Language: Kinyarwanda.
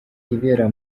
ibera